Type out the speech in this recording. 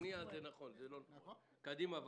בבקשה.